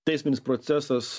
teisminis procesas